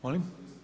Molim?